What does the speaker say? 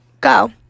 Go